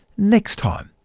next time.